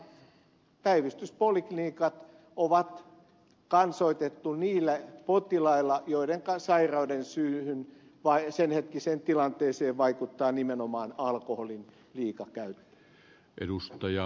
todella päivystyspoliklinikat on kansoitettu niillä potilailla joidenka sairauden syyhyn senhetkiseen tilanteeseen vaikuttaa nimenomaan alkoholin liikakäyttö